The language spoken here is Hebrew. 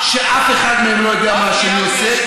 שאף אחד מהם לא יודע מה השני עושה,